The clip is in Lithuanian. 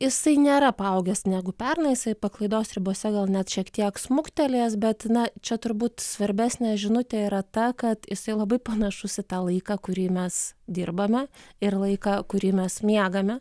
jisai nėra paaugęs negu pernai jisai paklaidos ribose gal net šiek tiek smuktelėjęs bet na čia turbūt svarbesnė žinutė yra ta kad jisai labai panašus į tą laiką kurį mes dirbame ir laiką kurį mes miegame